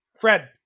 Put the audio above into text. Fred